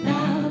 Now